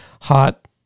hot